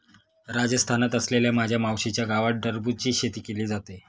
राजस्थानात असलेल्या माझ्या मावशीच्या गावात टरबूजची शेती केली जाते